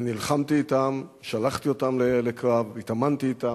אני נלחמתי אתם, שלחתי אותם לקרב, התאמנתי אתם,